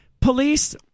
police